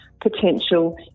potential